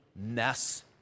Mess